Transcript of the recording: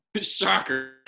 Shocker